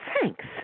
Thanks